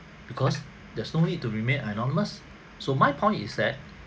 because there's no need to remain anonymous so my point is that